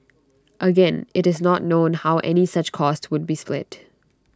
again IT is not known how any such cost would be split